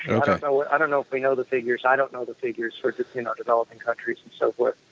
i i don't know if we know the figures. i don't know the figures for you know developing countries and so forth,